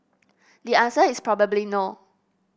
the answer is probably no